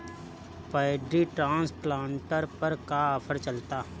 Paddy transplanter पर का offer चलता?